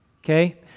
Okay